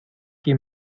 que